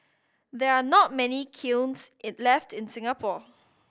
there are not many kilns left in Singapore